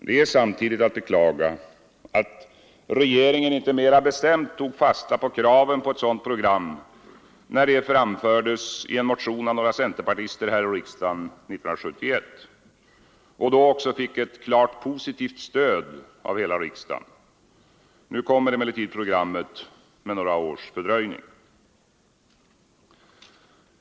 Det är samtidigt att beklaga att regeringen inte mera bestämt tog fasta på kraven på ett sådant program när de framfördes i en motion av några centerpartister här i riksdagen 1971 och då också fick ett klart positivt stöd av hela riksdagen. Nu kommer emellertid programmet med några års fördröjning.